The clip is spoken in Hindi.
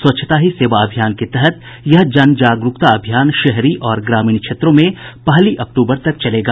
स्वच्छता ही सेवा अभियान के तहत यह जन जागरूकता अभियान शहरी और ग्रामीण क्षेत्रों में पहली अक्तूबर तक चलेगा